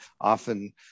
often